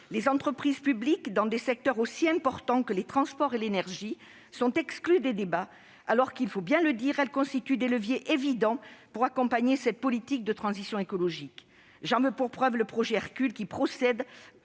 Les entreprises publiques, dans des secteurs aussi importants que les transports et l'énergie, sont exclues des débats, alors qu'elles constituent, il faut bien le dire, des leviers évidents pour accompagner cette politique de transition écologique. J'en veux pour preuve le projet Hercule, qui procède